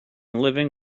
living